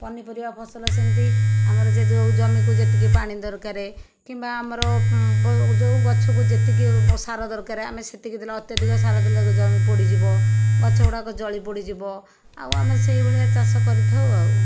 ପନିପରିବା ଫସଲ ସେମିତି ଆମର ଯେ ଯେଉଁ ଜମିକୁ ଯେତିକି ପାଣି ଦରକାର କିମ୍ବା ଆମର ଯେଉଁ ଗଛକୁ ଯେତିକି ସାର ଦରକାରେ ଆମେ ସେତିକି ଦେଲେ ଅତ୍ୟଧିକ ସାର ଦେଲେ ଜମି ପୋଡ଼ିଯିବ ଗଛଗୁଡାକ ଜଳି ପୋଡ଼ିଯିବ ଆଉ ଆମେ ସେଇ ଭଳିଆ ଚାଷ କରିଥାଉ ଆଉ